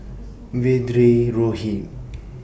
Vedre Rohit